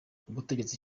ubutegetsi